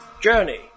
Journey